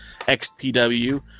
XPW